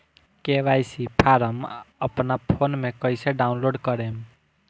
KYC form अपना phone मे कइसे डाऊनलोड करेम?